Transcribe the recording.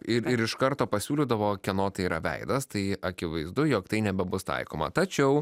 ir ir iš karto pasiūlydavo kieno tai yra veidas tai akivaizdu jog tai nebebus taikoma tačiau